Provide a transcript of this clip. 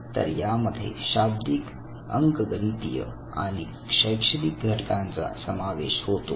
तर यामध्ये शाब्दिक अंक गणितीय आणि शैक्षणिक घटकांचा समावेश होतो